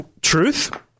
truth